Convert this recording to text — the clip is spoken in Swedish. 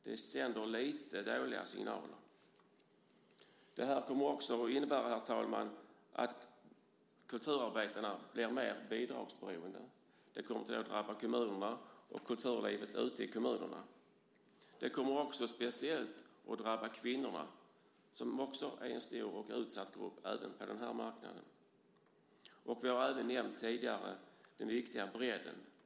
Det sänder lite dåliga signaler. Herr talman! Det här kommer också att innebära att kulturarbetarna blir mer bidragsberoende. Det kommer att drabba kommunerna och kulturlivet ute i kommunerna. Det kommer också speciellt att drabba kvinnorna, som är en stor och utsatt grupp även på den här marknaden. Vi har även tidigare nämnt den viktiga bredden. Herr talman!